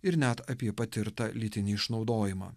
ir net apie patirtą lytinį išnaudojimą